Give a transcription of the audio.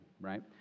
right